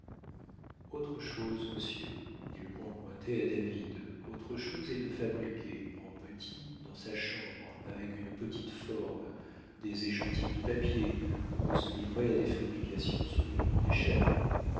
autre chose monsieur dit le grand cointet à david autre chose est de fabriquer en petit dans sa chambre avec une petite forme des échantillons de papier ou de se livrer à des fabrications sur une grande échelle